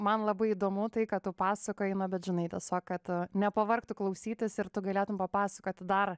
man labai įdomu tai ką tu pasakoji bet žinai tiesiog kad nepavargtų klausytis ir tu galėtum papasakoti dar